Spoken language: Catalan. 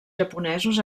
japonesos